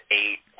eight